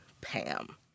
Pam